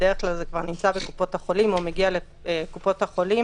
בדרך כלל זה כבר נמצא בקופות החולים או מגיע לקופות החולים.